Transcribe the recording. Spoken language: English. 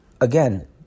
Again